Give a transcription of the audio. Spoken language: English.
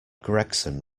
gregson